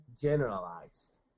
generalized